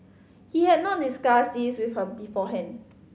he had not discussed this with her beforehand